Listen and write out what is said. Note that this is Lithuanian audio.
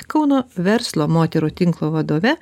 kauno verslo moterų tinklo vadove